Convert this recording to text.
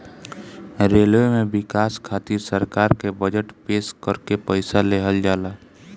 railway में बिकास खातिर सरकार के बजट पेश करके पईसा लेहल जाला